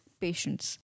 patients